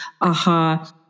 aha